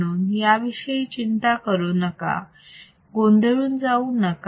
म्हणून याविषयी चिंता करू नका गोंधळून जाऊ नका